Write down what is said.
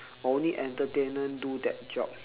only entertainer do that job